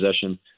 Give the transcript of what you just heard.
possession